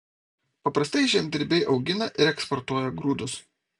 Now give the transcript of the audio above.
paprastai žemdirbiai augina ir eksportuoja grūdus